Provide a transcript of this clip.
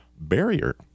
barrier